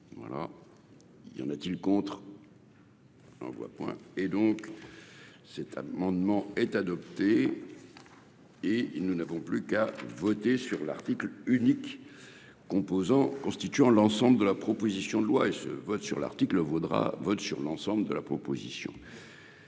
Voilà, il y en a-t-il contre. Point et donc cet amendement est adopté et il nous n'avons plus qu'à voter sur l'article unique. Composants constituant l'ensemble de la proposition de loi et ce vote sur l'article vaudra vote sur l'ensemble de la proposition.